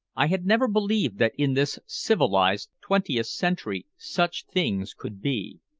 i had never believed that in this civilized twentieth century such things could be.